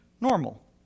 normal